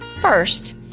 First